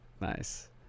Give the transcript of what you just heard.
Nice